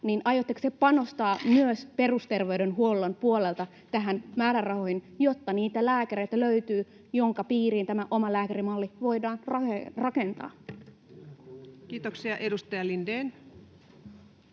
Aiotteko te panostaa myös perusterveydenhuollon puolelta näihin määrärahoihin, jotta niitä lääkäreitä löytyy, joiden piiriin tämä omalääkärimalli voidaan rakentaa? Kiitoksia. — Edustaja Lindén.